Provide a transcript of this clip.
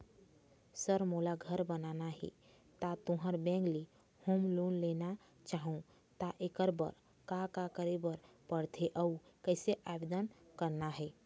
Sir मोला घर बनाना हे ता तुंहर बैंक ले होम लोन लेना चाहूँ ता एकर बर का का करे बर पड़थे अउ कइसे आवेदन करना हे?